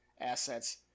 assets